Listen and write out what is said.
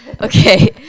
Okay